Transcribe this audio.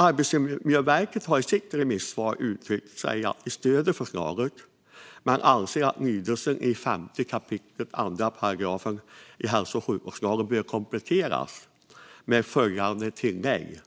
Arbetsmiljöverket har i sitt remissvar uttryckt att man stöder förslaget men anser att lydelsen i 5 kap. 2 § hälso och sjukvårdslagen bör kompletteras med tillägget